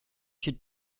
should